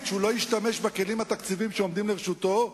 שהוא לא ישתמש בכלים התקציביים שעומדים לרשותו,